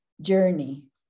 journey